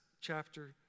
chapter